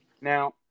Now